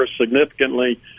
significantly